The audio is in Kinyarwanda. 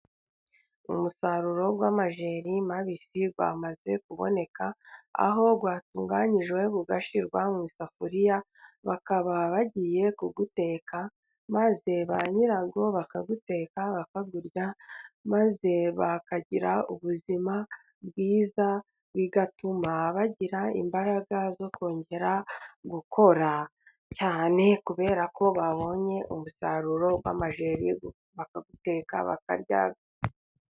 Umusaruro w'amajeri mabisi，wamaze kuboneka， aho watunganyijwe ugashyirwa mu isafuriya， bakaba bagiye kuwuteka，maze ba nyirawo bakawuteka， bakawurya， maze bakagira ubuzima bwiza bigatuma bagira imbaraga zo kongera gukora cyane， kubera ko babonye umusaruro w'amajeri bakaguteka bakarya.